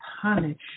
punish